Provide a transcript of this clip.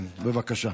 כן, בבקשה.